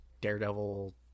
Daredevil